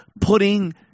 putting